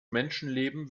menschenleben